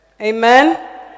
amen